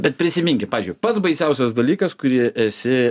bet prisiminkim pavyzdžiui pats baisiausias dalykas kurį esi